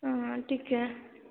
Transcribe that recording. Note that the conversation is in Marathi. हां हां ठीक आहे